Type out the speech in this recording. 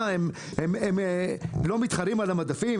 הם לא מתחרים על המדפים?